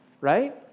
Right